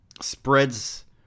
spreads